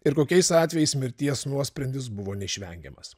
ir kokiais atvejais mirties nuosprendis buvo neišvengiamas